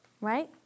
Right